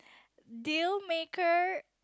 deal maker